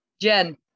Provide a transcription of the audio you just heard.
jen